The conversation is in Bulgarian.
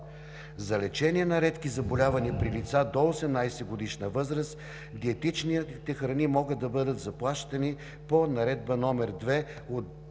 За лечение на редки заболявания при лица до 18-годишна възраст диетичните храни могат да бъдат заплащани по Наредба № 2 от